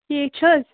ٹھیٖک چھِ حظ